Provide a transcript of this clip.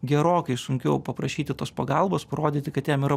gerokai sunkiau paprašyti tos pagalbos parodyti kad jam yra